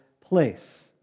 place